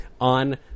on